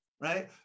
right